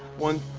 one,